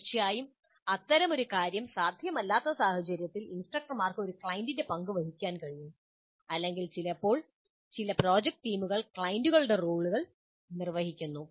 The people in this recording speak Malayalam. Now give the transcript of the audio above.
തീർച്ചയായും അത്തരമൊരു കാര്യം സാധ്യമല്ലാത്ത സാഹചര്യത്തിൽ ഇൻസ്ട്രക്ടർക്ക് ഒരു ക്ലയന്റിന്റെ പങ്ക് വഹിക്കാൻ കഴിയും അല്ലെങ്കിൽ ചിലപ്പോൾ ചില പ്രോജക്റ്റ് ടീമുകൾ ക്ലയന്റുകളുടെ റോളുകൾ വഹിക്കുന്നു